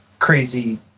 Crazy